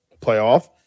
playoff